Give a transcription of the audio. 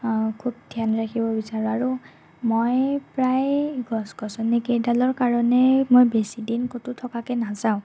খুব ধ্যান ৰাখিব বিচাৰোঁ আৰু মই প্ৰায় গছ গছনি কেইডালৰ কাৰণে মই বেছিদিন ক'তো থকাকৈ নাযাওঁ